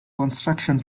construction